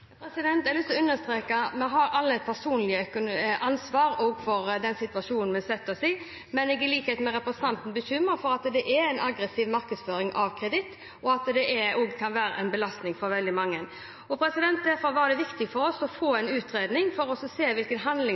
Jeg har lyst til å understreke at vi alle har et personlig ansvar for den situasjonen vi setter oss i, men jeg er, i likhet med representanten, bekymret for at det er en aggressiv markedsføring av kreditt som kan være en belastning for veldig mange. Derfor var det viktig for oss å få en utredning for å se